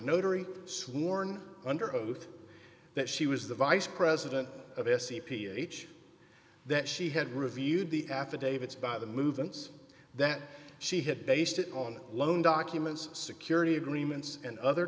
notary sworn under oath that she was the vice president of s c ph that she had reviewed the affidavits by the movements that she had based it on loan documents security agreements and other